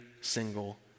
single